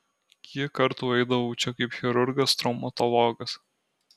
kiek kartų eidavau čia kaip chirurgas traumatologas